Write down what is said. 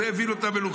זה הביא לו את המלוכה.